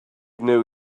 know